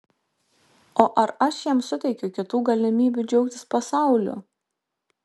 o ar aš jam suteikiu kitų galimybių džiaugtis pasauliu